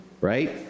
right